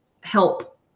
help